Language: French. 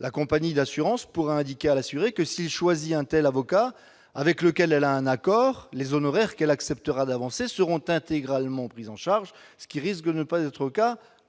La compagnie d'assurance pourra indiquer à l'assuré que, s'il choisit tel avocat, avec lequel elle a un accord, les honoraires qu'elle acceptera d'avancer seront intégralement pris en charge, ce qui risque de ne pas être cas